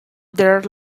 there